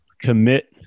commit